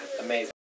Amazing